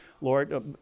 lord